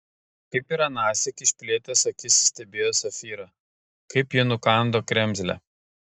kaip ir anąsyk išplėtęs akis stebėjo safyrą kaip ji nukando kremzlę